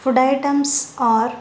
food items are